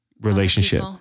relationship